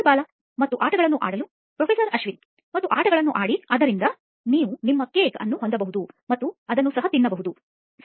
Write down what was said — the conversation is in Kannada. ಬಾಲಾಮತ್ತು ಆಟಗಳನ್ನು ಆಡಲು ಪ್ರೊಫೆಸರ್ ಅಶ್ವಿನ್ ಮತ್ತು ಆಟಗಳನ್ನು ಆಡಿ ಆದ್ದರಿಂದ ನೀವು ನಿಮ್ಮ ಕೇಕ್ ಅನ್ನು ಹೊಂದಬಹುದು ಮತ್ತು ಅದನ್ನು ಸಹ ತಿನ್ನಬಹುದು ಸರಿ